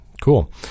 Cool